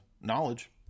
knowledge